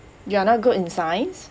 you're not good in science